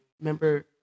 remember